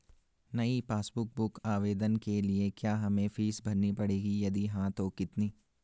नयी passbook book आवेदन के लिए क्या हमें फीस भरनी पड़ेगी यदि हाँ तो कितनी?